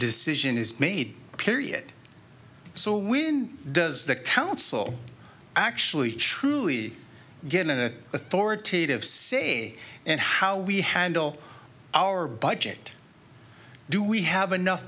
decision is made period so when does the council actually truly get an authoritative say and how we handle our budget do we have enough